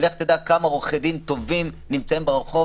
לך תדע כמה עורכי דין טובים נמצאים ברחוב,